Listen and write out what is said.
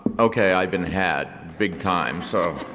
okay i've been had, big time so.